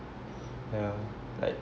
yeah like